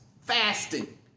fasting